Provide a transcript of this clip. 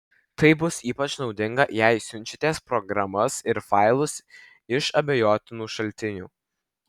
tai bus ypač naudinga jei siunčiatės programas ir failus iš abejotinų šaltinių